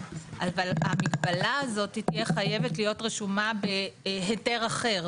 אבל המגבלה הזאת תהיה חייבת להיות רשומה בהיתר אחר.